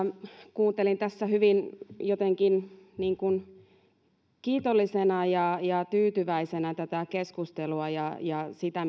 kuuntelin tässä jotenkin niin kuin hyvin kiitollisena ja tyytyväisenä tätä keskustelua ja ja sitä